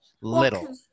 little